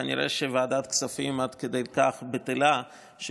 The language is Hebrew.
כנראה ועדת הכספים בטלה עד כדי כך שיש